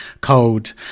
cold